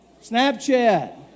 Snapchat